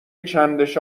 چندش